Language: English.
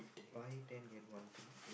buy ten get one free